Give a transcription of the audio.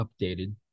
updated